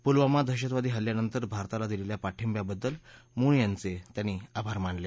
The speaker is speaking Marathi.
पूलवामा दहशतवादी हल्ल्यानंतर भारताला दिलेल्या पाठिंब्याबद्दल मून यांचे त्यांनी आभार मानले